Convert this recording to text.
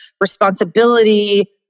responsibility